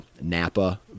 napa